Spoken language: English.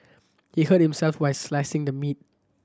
he hurt himself why slicing the meat